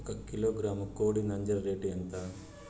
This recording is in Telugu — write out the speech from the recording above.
ఒక కిలోగ్రాము కోడి నంజర రేటు ఎంత?